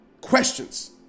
questions